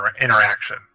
interaction